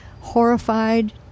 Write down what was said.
horrified